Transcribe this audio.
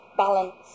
balance